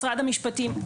משרד המשפטים,